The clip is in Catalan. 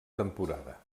temporada